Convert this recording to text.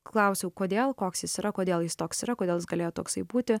klausiau kodėl koks jis yra kodėl jis toks yra kodėl jis galėjo toksai būti